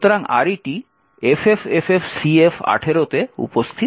সুতরাং RET FFFFCF18 তে উপস্থিত